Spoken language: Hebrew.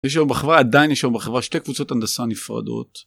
יש היום בחברה, עדיין יש היום בחברה, שתי קבוצות הנדסה נפרדות.